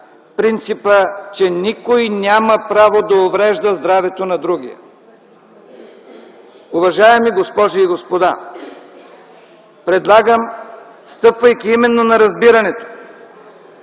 принципа, че никой няма право да уврежда здравето на другия. Уважаеми госпожи и господа, предлагам, стъпвайки именно на разбирането,